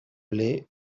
play